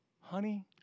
Honey